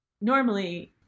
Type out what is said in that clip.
normally